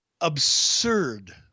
absurd